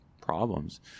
problems